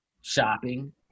shopping